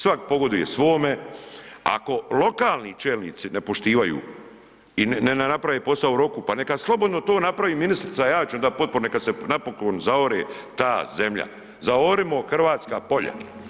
Svak pogoduje svome, ako lokalni čelnici ne poštivaju i ne naprave posao u roku pa neka slobodno to napravi ministrica, ja ću joj dat potporu neka se napokon zaore ta zemlja, zaorimo hrvatska polja.